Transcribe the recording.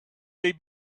they